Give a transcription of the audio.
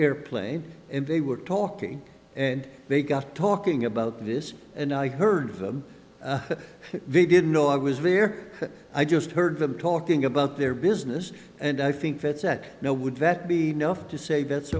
airplane and they were talking and they got talking about this and i heard of them they didn't know i was rear i just heard them talking about their business and i think that said no would that be enough to say that's